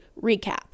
recap